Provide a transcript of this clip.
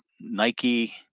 nike